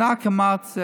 שנה כמעט,